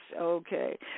Okay